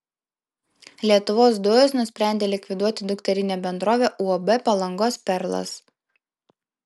lietuvos dujos nusprendė likviduoti dukterinę bendrovę uab palangos perlas